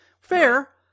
fair